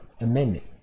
Amendment